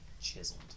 chiseled